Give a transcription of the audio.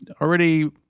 already